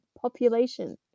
population